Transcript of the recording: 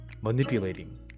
manipulating